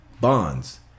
bonds